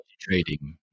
trading